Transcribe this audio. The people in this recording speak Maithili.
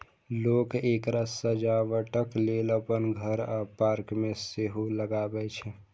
लोक एकरा सजावटक लेल अपन घर आ पार्क मे सेहो लगबै छै